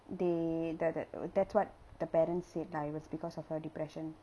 they that that that's what the parents said lah it was because of her depression